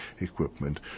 equipment